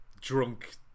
drunk